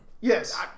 Yes